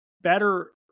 better